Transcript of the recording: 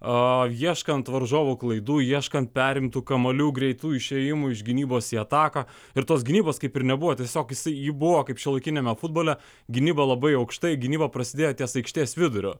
o ieškant varžovų klaidų ieškant perimtų kamuolių greitų išėjimų iš gynybos į ataką ir tos gynybos kaip ir nebuvo tiesiog jisai ji buvo kaip šiuolaikiniame futbole gynyba labai aukštai gynyba prasidėjo ties aikštės vidurio